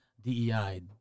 dei